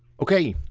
okay,